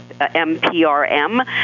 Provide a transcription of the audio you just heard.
MPRM